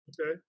Okay